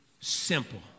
simple